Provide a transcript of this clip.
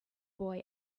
boy